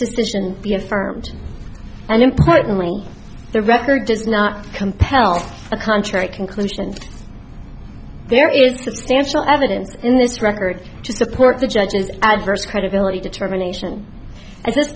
decision be affirmed and importantly the record does not compel a contrary conclusion there is substantial evidence in this record to support the judge's adverse credibility determination and this